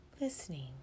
Listening